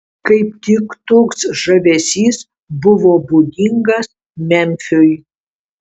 kaip tik toks žavesys buvo būdingas memfiui